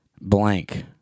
blank